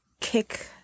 kick